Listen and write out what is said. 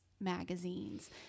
magazines